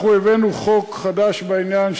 אנחנו הבאנו חוק חדש בעניין,